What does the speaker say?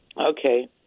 Okay